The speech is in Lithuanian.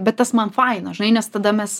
bet tas man faina žinai nes tada mes